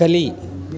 ಕಲಿ